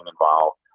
involved